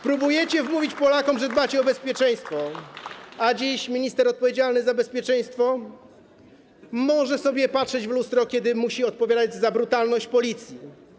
Próbujecie wmówić Polakom, że dbacie o bezpieczeństwo, ale jak dziś minister odpowiedzialny za bezpieczeństwo może patrzeć w lustro, kiedy musi odpowiadać za brutalność Policji?